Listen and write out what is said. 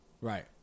Right